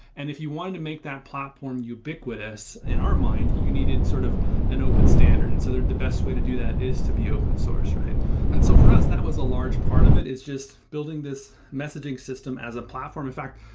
and if you wanted to make that platform ubiquitous in our mind you needed sort of an open standard. and so the the best way to do that is to be open-source. and so for us, that was a large part of it. it's just building this messaging system as a platform. in fact,